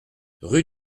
rue